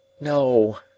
NO